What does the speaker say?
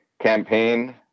campaign